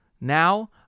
Now